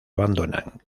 abandonan